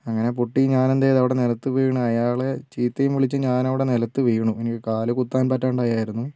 അങ്ങനെ പൊട്ടി ഞാൻ എന്ത് ചെയ്തു അവിടെ നിലത്ത് വീണു അയാളെ ചീത്തയും വിളിച്ചു ഞാൻ അവിടെ നിലത്ത് വീണു എനിക്ക് കാൽ കുത്താൻ പറ്റാണ്ട് ആയായിരുന്നു